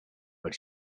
but